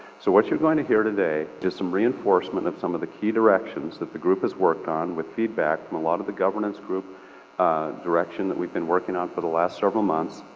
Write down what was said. so what you're going to hear today is some reinforcement of some of the key directions that the group has worked on with feedback from a lot of the governance group direction that we've been working on for the last several months.